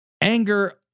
anger